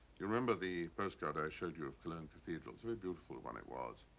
you remember the postcard i showed you of cologne cathedral. a very beautiful one, it was.